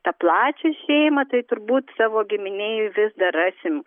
tą plačią šeimą tai turbūt savo giminėj vis dar rasim